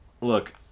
look